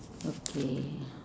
okay